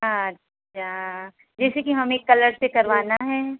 अच्छा जैसे कि हमें कलर से करवाना है